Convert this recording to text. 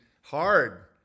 hard